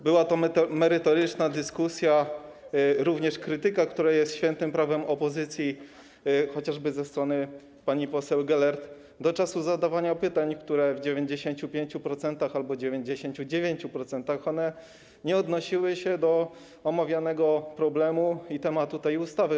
Była to merytoryczna dyskusja, również krytyka, która jest świętym prawem opozycji, chociażby ze strony pani poseł Gelert, aż do czasu zadawania pytań, które w 95% albo 99% nie odnosiły się do omawianego problemu i tematu tej ustawy.